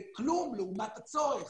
זה כלום לעומת הצורך,